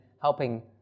helping